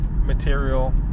material